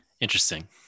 interesting